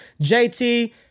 JT